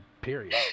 period